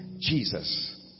Jesus